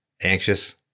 anxious